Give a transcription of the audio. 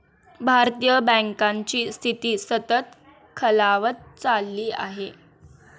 भारतीय बँकांची स्थिती सतत खालावत चालली आहे